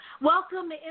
Welcome